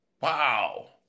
Wow